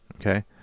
okay